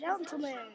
gentlemen